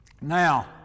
now